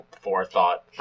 forethought